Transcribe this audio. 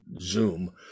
zoom